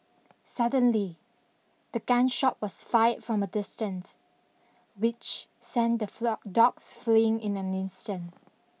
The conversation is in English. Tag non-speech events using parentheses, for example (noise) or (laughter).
suddenly the gun shot was fired from a distance which sent the (unintelligible) dogs fleeing in an instant